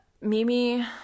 Mimi